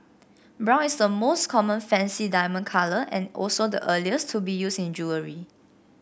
brown is the most common fancy diamond colour and also the earliest to be used in jewellery